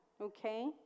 okay